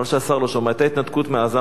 חבל שהשר לא שומע, היתה התנתקות מעזה.